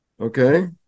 Okay